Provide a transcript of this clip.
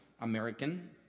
American